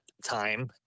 time